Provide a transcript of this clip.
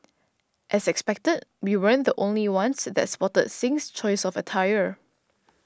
as expected we weren't the only ones that spotted Singh's choice of attire